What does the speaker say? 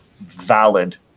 valid